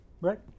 Right